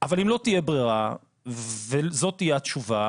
אבל אם לא תהיה ברירה וזאת תהיה התשובה,